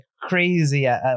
crazy